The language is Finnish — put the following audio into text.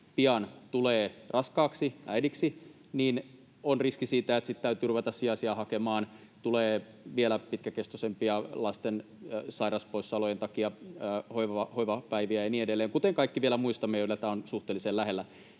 pian tulee raskaaksi, äidiksi, on riski siitä, että sitten täytyy ruveta sijaisia hakemaan, tulee vielä pitkäkestoisempia hoivapäiviä lasten sairauspoissaolojen takia ja niin edelleen, kuten vielä muistamme kaikki, joilla tämä on suhteellisen lähellä.